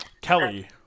Kelly